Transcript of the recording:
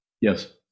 Yes